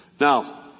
Now